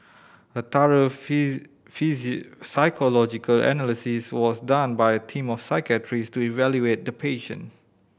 a thorough psychological analysis was done by a team of psychiatrist to evaluate the patient